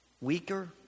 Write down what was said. weaker